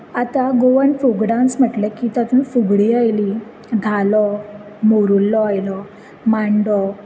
आतां Goan folk dance म्हटले की तातूंत फुगडी आयली धालो मोरुलो आयलो मांडो